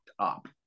up